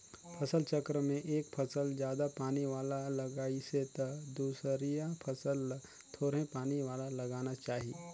फसल चक्र में एक फसल जादा पानी वाला लगाइसे त दूसरइया फसल ल थोरहें पानी वाला लगाना चाही